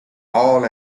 all